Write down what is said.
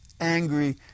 angry